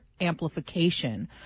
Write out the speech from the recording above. amplification